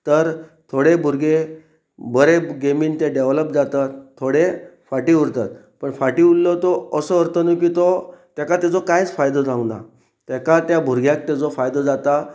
तर थोडे भुरगे बरे गेमीन ते डॅवलप जातात थोडे फाटी उरतात पण फाटी उरलो तो असो अर्थ न्हू की तो ताका तेजो कांयच फायदो जावंक ना ताका त्या भुरग्याक तेजो फायदो जाता